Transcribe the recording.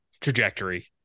trajectory